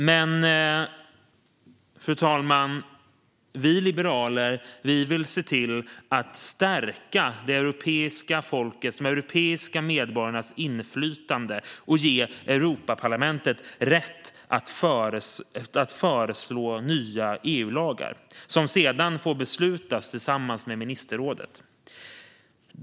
Men, fru talman, vi liberaler vill se till att stärka de europeiska medborgarnas inflytande och ge Europaparlamentet rätt att föreslå nya EU-lagar som sedan får beslutas om tillsammans med ministerrådet.